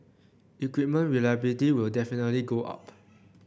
equipment reliability will definitely go up